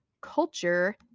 culture